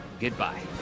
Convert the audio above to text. goodbye